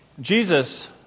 Jesus